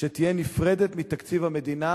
שתהיה נפרדת מתקציב המדינה,